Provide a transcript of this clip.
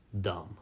Dumb